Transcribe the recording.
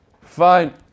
Fine